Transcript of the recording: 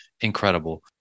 Incredible